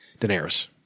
Daenerys